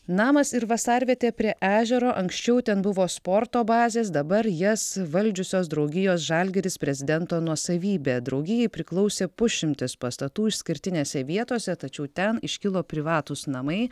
namas ir vasarvietė prie ežero anksčiau ten buvo sporto bazės dabar jas valdžiusios draugijos žalgiris prezidento nuosavybė draugijai priklausė pusšimtis pastatų išskirtinėse vietose tačiau ten iškilo privatūs namai